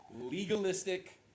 Legalistic